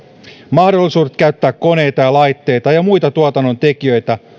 mahdollisuudet käyttää koneita ja laitteita ja muita tuotannontekijöitä